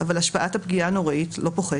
אבל השפעת הפגיעה הנוראית לא פוחתת,